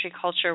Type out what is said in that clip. culture